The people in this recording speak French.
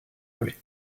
voler